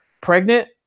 pregnant